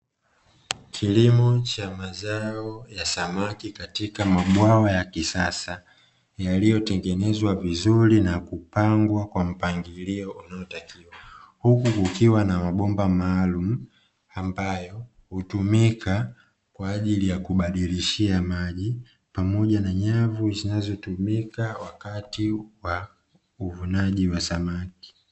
Kilimo cha mazao ya samaki katika mabwawa ya kisasa yaliyotengenezwa vizuri na kupangwa kwa mpangilio unaotakiwa, huku kukiwa na mabomba maalumu ambayo hutumika kwa ajili ya kubadilishia maji pamoja na nyavu zinazotumika wakati wa uvunaji wa samaki.